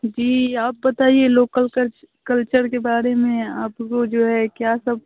जी आप बताइए local culture के बारे में आपको जो है क्या सब